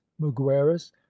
mugueras